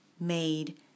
made